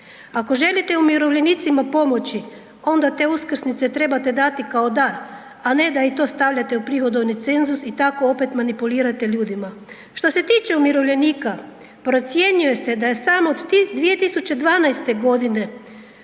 Ako želite umirovljenicima pomoći onda te uskrsnice trebate dati kao dar, a ne da i to stavljate u prihodovni cenzus i tako opet manipulirate ljudima. Što se tiče umirovljenika, procjenjuje se da je samo 2012.g.